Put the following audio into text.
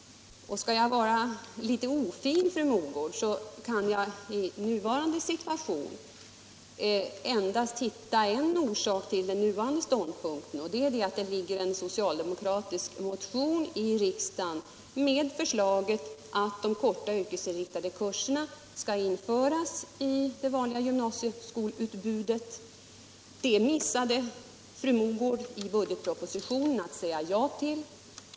Skall jag vara litet ofin, fru Mogård, kan jag endast hitta en orsak till den nuvarande ståndpunkten: det ligger en socialdemokratisk motion hos riksdagen med förslaget att de korta yrkesinriktade kurserna skall införas i det vanliga gymnasieskoleutbudet. Det missade fru Mogård att säga ja till i budgetpropositionen.